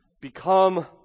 become